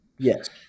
Yes